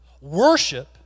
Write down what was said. Worship